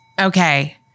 Okay